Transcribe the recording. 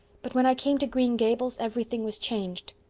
but when i came to green gables everything was changed.